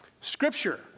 Scripture